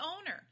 owner